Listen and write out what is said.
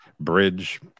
bridge